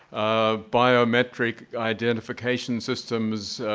um biometric identification systems,